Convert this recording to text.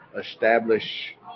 establish